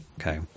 Okay